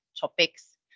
topics